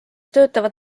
töötavad